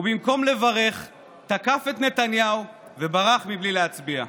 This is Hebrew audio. ובמקום לברך תקף את נתניהו וברח בלי להצביע.